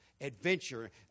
adventure